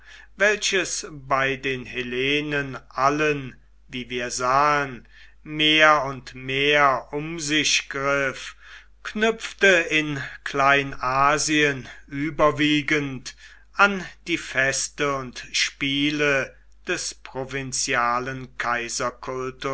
welches bei den hellenen allen wie wir sahen mehr und mehr um sich griff knüpfte in kleinasien überwiegend an die feste und spiele des